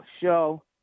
show